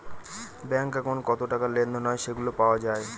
bank একাউন্টে কত টাকা লেনদেন হয় সেগুলা পাওয়া যায়